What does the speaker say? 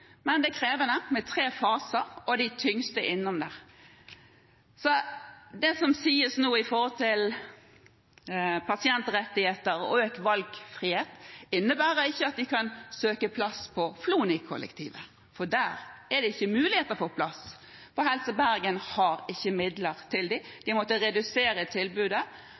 men det er krevende, med tre faser, og de tyngste pasientene er innom der. Det som nå sies om pasientrettigheter og økt valgfrihet, innebærer ikke at de kan søke plass på Flonikollektivet, for der er det ikke muligheter for plass, for Helse Bergen har ikke midler til dem. De har måttet redusere tilbudet, parallelt med at de måtte